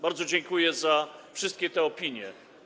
Bardzo dziękuję za wszystkie te opinie.